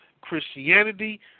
Christianity